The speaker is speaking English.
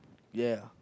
ya